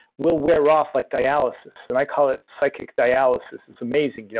will wear off like dialysis. and i call it psychic dialysis. it's amazing. yeah